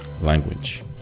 language